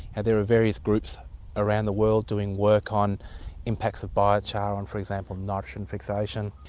and there are various groups around the world doing work on impacts of biochar on, for example, nitrogen fixation.